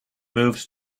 moved